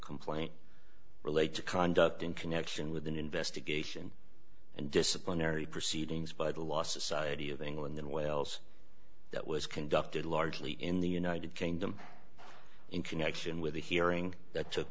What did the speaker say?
complaint relate to conduct in connection with an investigation and disciplinary proceedings by the law society of england and wales that was conducted largely in the united kingdom in connection with the hearing that took